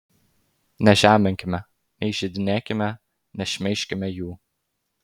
nežeminkime neįžeidinėkime nešmeižkime jų